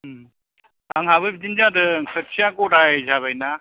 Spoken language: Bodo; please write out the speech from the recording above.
आंहाबो बिदिनो जादों खोथिया गदाय जाबाय ना